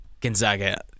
Gonzaga